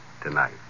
Tonight